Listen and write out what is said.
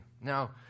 Now